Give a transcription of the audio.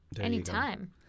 anytime